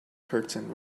curtain